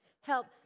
help